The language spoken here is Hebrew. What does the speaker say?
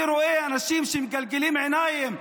אני רואה אנשים מגלגלים עיניים,